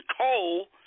coal